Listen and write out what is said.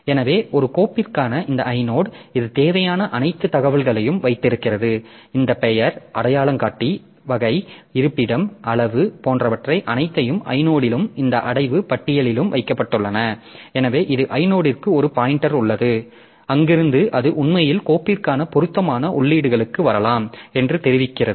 எனவே ஒரு கோப்பிற்கான இந்த ஐனோட் இது தேவையான அனைத்து தகவல்களையும் வைத்திருக்கிறது இந்த பெயர் அடையாளங்காட்டி வகை இருப்பிடம் அளவு போன்றவை அனைத்தும் ஐனோடிலும் இந்த அடைவு பட்டியலிலும் வைக்கப்பட்டுள்ளன எனவே இது ஐனோடிற்கு ஒரு பாய்ன்டெர் உள்ளது எனவே அங்கிருந்து அது உண்மையில் கோப்பிற்கான பொருத்தமான உள்ளீடுகளுக்கு வரலாம் என்று தெரிவிக்கிறது